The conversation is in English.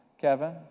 Kevin